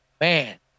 Man